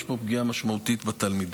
יש פה פגיעה משמעותית בתלמידים.